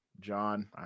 john